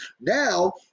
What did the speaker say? Now